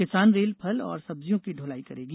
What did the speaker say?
किसान रेल फल और सब्जियों की दलाई करेगी